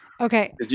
Okay